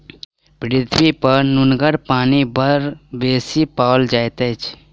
पृथ्वीपर नुनगर पानि बड़ बेसी पाओल जाइत अछि